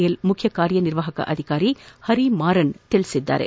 L ಮುಖ್ಯ ಕಾರ್ಯನಿರ್ವಾಹಕ ಅಧಿಕಾರಿ ಹರಿಮಾರನ್ ತಿಳಿಸಿದ್ದಾರೆ